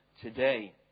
today